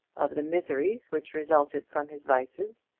of the miseries which resulted from his vices,